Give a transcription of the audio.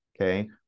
Okay